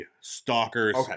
stalker's